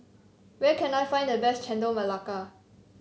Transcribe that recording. where can I find the best Chendol Melaka